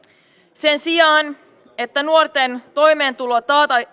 sen sijaan että nuorten toimeentulo